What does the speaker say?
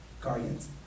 guardians